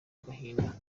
agahinda